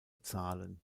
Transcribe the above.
zahlen